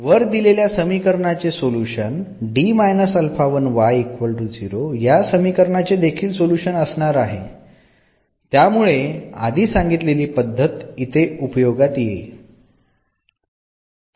वर दिलेल्या समीकरणाचे सोल्युशन हे या समीकरणाचे देखील सोल्युशन असणार आहे त्यामुळे आधी सांगितलेली पद्धत इथे उपयोगात येईल